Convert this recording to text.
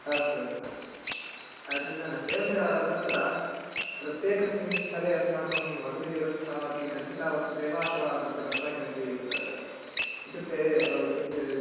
अस्तु अस्तु चिन्ता नास्ति एवञ्च तत्र प्रत्येकस्मिन् स्थले अस्माकं वसतिव्यवस्था अपि कल्पिता वर्तते वा अथवा तत्र गत्वा किमपि इत्युक्ते किञ्चत्